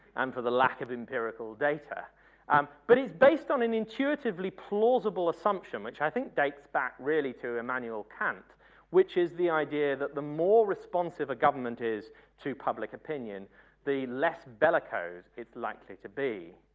um for the lack of empirical data um but is based on an intuitively plausible assumption which i think dates back really to emmanuel kant which is the idea that the more responsive the government is to public opinion the less bellicose it's likely to be.